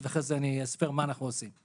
ואחרי זה אני אספר מה אנחנו עושים.